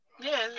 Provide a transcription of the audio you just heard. Yes